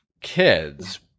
kids